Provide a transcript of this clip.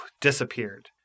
disappeared